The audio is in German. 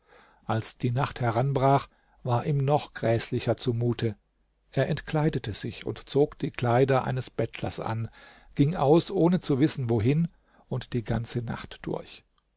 als die nacht heranbrach war ihm noch gräßlicher zumute er entkleidete sich und zog kleider eines bettlers an ging aus ohne zu wissen wohin und die ganze nacht durch